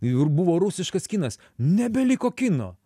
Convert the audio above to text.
ir buvo rusiškas kinas nebeliko kino